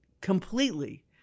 completely